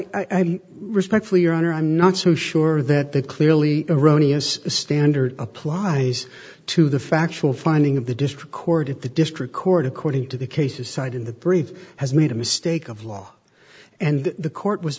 i respectfully your honor i'm not so sure that that clearly erroneous standard applies to the factual finding of the district court if the district court according to the cases cited in the brief has made a mistake of law and the court was